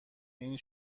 این